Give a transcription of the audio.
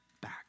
back